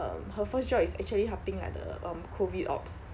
um her first job is actually helping like the um COVID ops